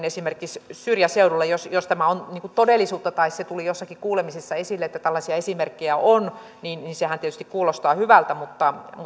esimerkiksi jonnekin syrjäseudulle jos jos tämä on todellisuutta se tuli joissakin kuulemisissa esille että tällaisia esimerkkejä on niin niin sehän tietysti kuulostaa hyvältä mutta